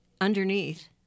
underneath